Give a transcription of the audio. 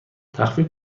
تخفیف